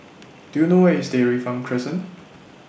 Do YOU know Where IS Dairy Farm Crescent